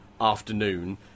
afternoon